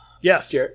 Yes